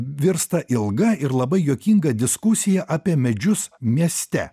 virsta ilga ir labai juokinga diskusija apie medžius mieste